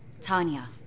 Tanya